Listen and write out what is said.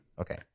okay